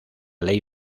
ley